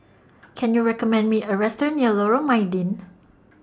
Can YOU recommend Me A Restaurant near Lorong Mydin